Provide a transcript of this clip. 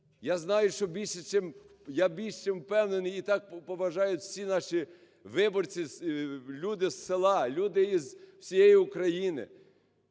чим, я більш чим впевнений, і так поважають всі наші виборці, люди з села, люди із усієї України,